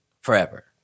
forever